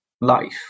life